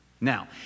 Now